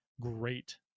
great